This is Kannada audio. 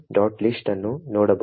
lst ಅನ್ನು ನೋಡಬಹುದು